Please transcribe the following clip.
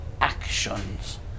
actions